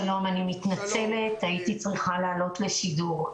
אני מתנצלת, הייתי צריכה לעלות לשידור.